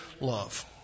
love